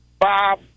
Bob